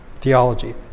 Theology